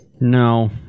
No